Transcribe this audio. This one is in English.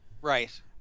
Right